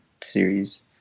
series